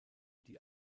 die